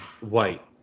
white